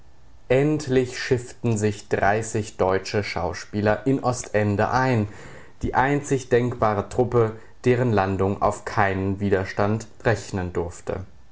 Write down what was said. endlich schifften sich dreißig deutsche schauspieler in ostende ein die einzig denkbare truppe deren landung auf keinen widerstand rechnen durfte